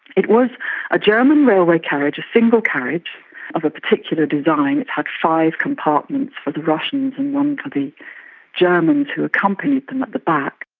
it was a german railway carriage, a single carriage of a particular design, it had five compartments for the russians and one for the germans who accompanied them at the back.